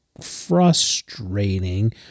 frustrating